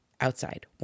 Outside